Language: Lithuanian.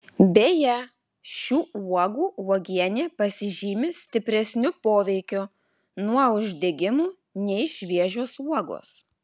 beje šių uogų uogienė pasižymi stipresniu poveikiu nuo uždegimų nei šviežios uogos